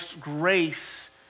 grace